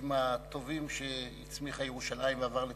הילדים הטובים שהצמיחה ירושלים ועבר לתל-אביב,